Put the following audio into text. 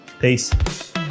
peace